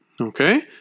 Okay